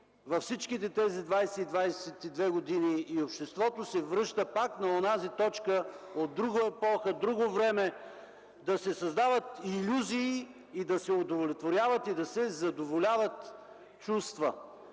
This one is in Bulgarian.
във всичките тези 20-22 години и обществото се връща пак на онази точка от друга епоха, друго време – да се създават илюзии и да се удовлетворят и да се задоволяват чувства.